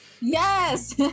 Yes